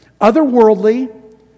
otherworldly